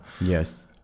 Yes